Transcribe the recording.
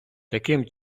таким